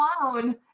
alone